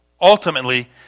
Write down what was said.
ultimately